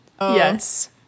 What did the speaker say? Yes